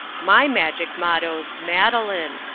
my magic motto's madeline!